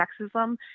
sexism